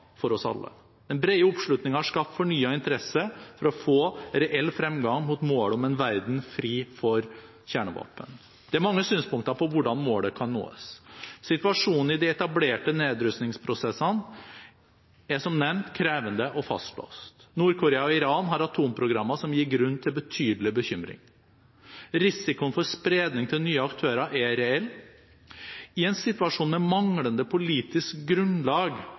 for oss alle. Den brede oppslutningen har skapt fornyet interesse for å få reell fremgang mot målet om en verden fri for kjernevåpen. Det er mange synspunkter på hvordan målet kan nås. Situasjonen i de etablerte nedrustningsprosessene er som nevnt krevende og fastlåst. Nord-Korea og Iran har atomprogrammer som gir grunn til betydelig bekymring. Risikoen for spredning til nye aktører er reell. I en situasjon med manglende politisk grunnlag